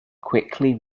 quickly